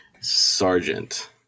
Sergeant